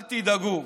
אל תדאגו,